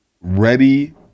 ready